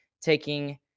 taking